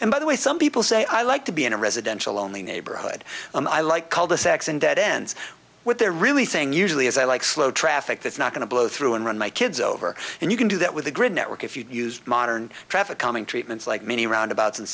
and by the way some people say i like to be in a residential only neighborhood i like cul de sacs and dead ends what they're really saying usually is i like slow traffic that's not going to blow through and run my kids over and you can do that with the grid network if you use modern traffic calming treatments like many roundabout